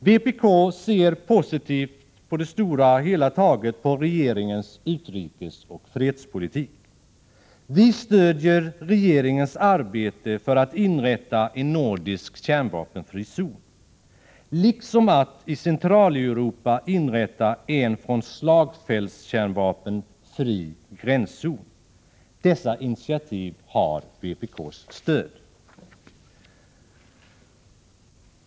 Vpk ser positivt, på det hela taget, på regeringens utrikesoch fredspolitik. Vi stödjer regeringens arbete för att inrätta en nordisk kärnvapenfri zon liksom att i Centraleuropa inrätta en från slagfältskärnvapen fri gränszon. Dessa initiativ har alltså vpk:s stöd.